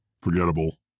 forgettable